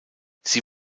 sie